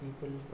people